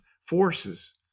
forces